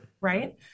Right